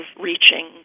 reaching